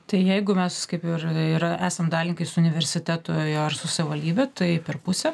tai jeigu mes kaip ir yra esam dalininkai su universitetui ar su savivaldybe tai per pusę